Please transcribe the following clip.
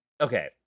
Okay